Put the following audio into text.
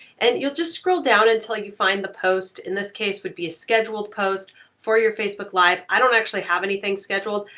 and you'll just scroll down until you find the post in this case would be a scheduled post for your facebook live. i don't actually have anything scheduled,